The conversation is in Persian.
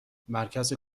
مرکز